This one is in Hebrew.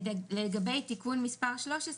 לגבי תיקון מס' 13